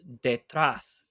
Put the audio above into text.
detrás